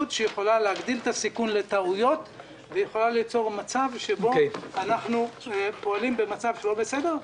שיכולה להגדיל את הסיכון לטעויות ויכולה ליצור מצב שאנחנו פועלים לא בסדר,